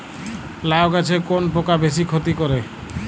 লাউ গাছে কোন পোকা বেশি ক্ষতি করে?